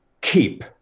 keep